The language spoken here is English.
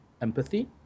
empathy